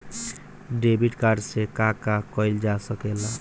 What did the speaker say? Debit card से का का कइल जा सके ला?